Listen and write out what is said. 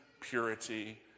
purity